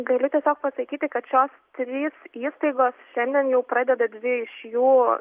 galiu tiesiog pasakyti kad šios trys įstaigos šiandien jau pradeda dvi iš jų